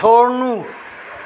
छोड्नु